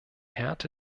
härte